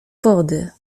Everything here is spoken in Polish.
wody